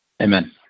Amen